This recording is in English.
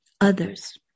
others